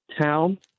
town